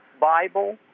Bible